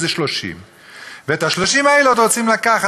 וזה 30%. ואת ה-30% האלה עוד רוצים לקחת,